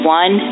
one